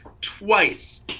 twice